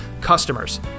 customers